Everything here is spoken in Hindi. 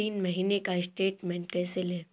तीन महीने का स्टेटमेंट कैसे लें?